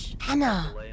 Hannah